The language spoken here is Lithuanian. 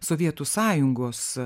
sovietų sąjungos